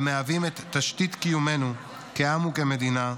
המהווים את תשתית קיומנו כעם וכמדינה,